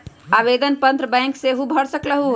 आवेदन पत्र बैंक सेहु भर सकलु ह?